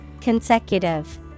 Consecutive